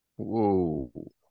Whoa